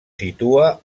situa